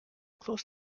close